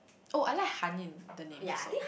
oh I like Han-Yun the name also